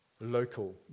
local